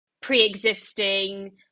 pre-existing